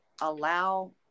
allow